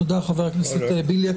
תודה, חבר הכנסת בליאק.